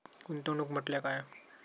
गुंतवणूक म्हटल्या काय?